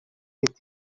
est